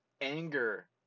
anger